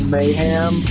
Mayhem